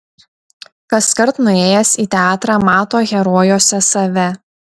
kaskart nuėjęs į teatrą mato herojuose save